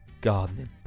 gardening